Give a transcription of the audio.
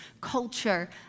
culture